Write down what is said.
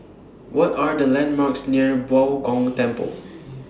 What Are The landmarks near Bao Gong Temple